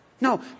No